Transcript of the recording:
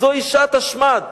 זוהי שעת השמד.